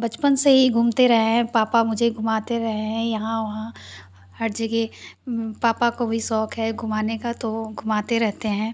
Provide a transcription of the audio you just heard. बचपन से हीं घूमते रहे हैं पापा मुझे घुमाते रहे हैं यहाँ वहाँ हर जगह पापा को भी शौक है घुमाने का तो घुमाते रहते हैं